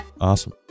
awesome